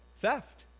Theft